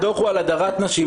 הדוח הוא על הדרת נשים,